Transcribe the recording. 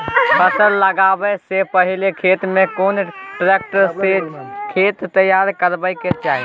फसल लगाबै स पहिले खेत में कोन ट्रैक्टर स खेत तैयार करबा के चाही?